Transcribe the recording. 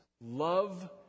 love